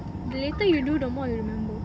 the later you do the more you'll remember